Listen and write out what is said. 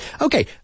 Okay